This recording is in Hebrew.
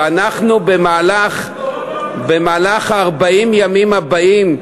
ואנחנו במהלך 40 הימים הבאים,